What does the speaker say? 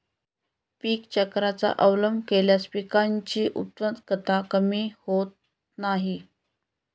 पीक चक्राचा अवलंब केल्यास पिकांची उत्पादकता कमी होत नाही